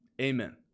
Amen